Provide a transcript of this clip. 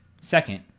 Second